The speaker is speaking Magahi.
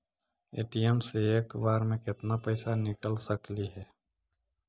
ए.टी.एम से एक बार मे केत्ना पैसा निकल सकली हे?